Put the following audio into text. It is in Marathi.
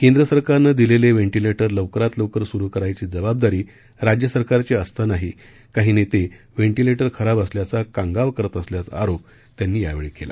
केंद्र सरकारनं दिलेले वेंटिलेटर लवकरात लवकर स्रू करायची जबाबदारी राज्य सरकारची असतानाही काही नेते व्हेंटिलेटर खराब असल्याचा कांगावा करत असल्याचा आरोप त्यांनी यावेळी केला